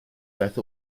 beth